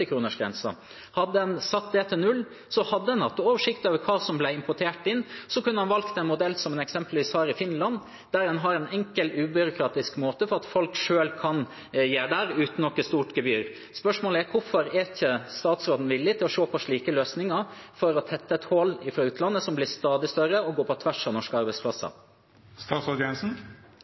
Hadde en satt den til null, hadde en hatt oversikt over hva som ble importert. Så kunne en valgt en modell som en eksempelvis har i Finland, der en har en enkel ubyråkratisk måte slik at folk selv kan gjøre det uten noe stort gebyr. Spørsmålet er: Hvorfor er ikke statsråden villig til å se på slike løsninger for å tette et hull fra utlandet som blir stadig større og går på tvers av norske